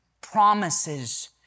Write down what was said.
promises